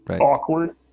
awkward